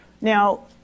Now